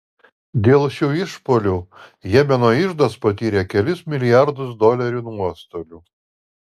dėl šių išpuolių jemeno iždas patyrė kelis milijardus dolerių nuostolių